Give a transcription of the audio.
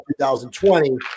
2020